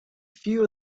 few